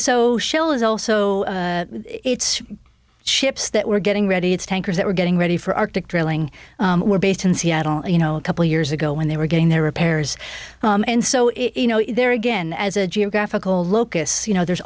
so shell is also its ships that were getting ready it's tankers that were getting ready for arctic drilling were based in seattle you know a couple years ago when they were getting their repairs and so it you know there again as a geographical locus you know there's